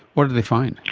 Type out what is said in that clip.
what did they find?